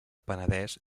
penedès